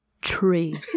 Tree